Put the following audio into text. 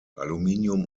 aluminium